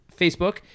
Facebook